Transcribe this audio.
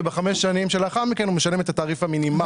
ובחמש השנים שלאחר מכן הוא משלם את התעריף המינימלי.